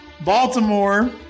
Baltimore